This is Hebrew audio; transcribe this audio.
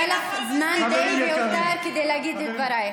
היה לך זמן די והותר להגיד את דברייך.